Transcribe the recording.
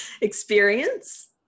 experience